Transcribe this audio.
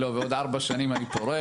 לא, יש לי עוד ארבע שנים ואני פורש.